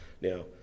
Now